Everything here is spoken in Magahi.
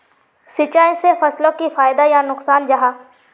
सिंचाई से फसलोक की फायदा या नुकसान जाहा?